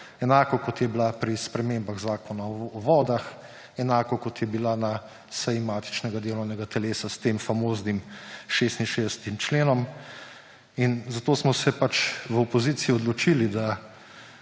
enako, kot je bila pri spremembah Zakona o vodah, enako, kot je bila na seji matičnega delovnega telesa s tem famoznim 66. členom. In zato smo se v opoziciji odločili, da